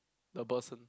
the person